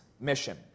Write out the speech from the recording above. mission